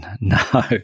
no